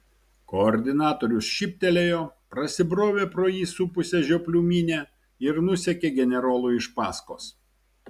koordinatorius šyptelėjo prasibrovė pro jį supusią žioplių minią ir nusekė generolui iš paskos